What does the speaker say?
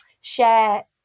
share